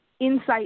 insight